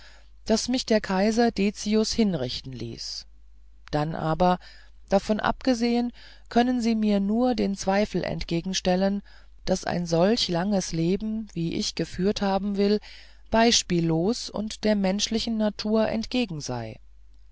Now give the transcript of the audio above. als mich der kaiser dezius hinrichten ließ dann aber davon abgesehen können sie mir nur den zweifel entgegenstellen daß ein solch langes leben wie ich geführt haben will beispiellos und der menschlichen natur entgegen sei